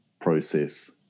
process